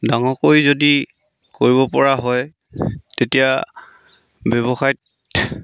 ডাঙৰকৈ যদি কৰিবপৰা হয় তেতিয়া ব্যৱসায়